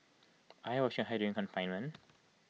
are you washing your hair during confinement